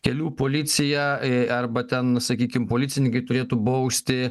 kelių policija arba ten sakykim policininkai turėtų bausti